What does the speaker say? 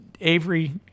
avery